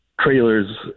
trailers